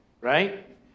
right